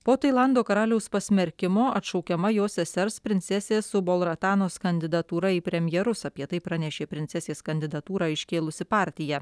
po tailando karaliaus pasmerkimo atšaukiama jo sesers princesės ubolratanos kandidatūra į premjerus apie tai pranešė princesės kandidatūrą iškėlusi partija